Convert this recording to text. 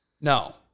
No